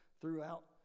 throughout